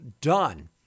done